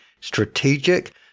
strategic